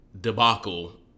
debacle